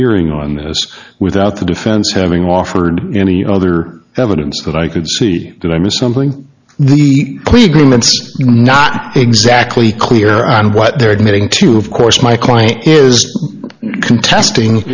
hearing on this without the defense having offered any other evidence that i could see that i missed something the police not exactly clear on what they're admitting to of course my client is contesting